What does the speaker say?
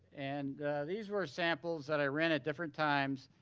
and these were samples that i ran at different times.